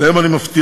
שלהם אני מבטיח: